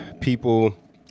people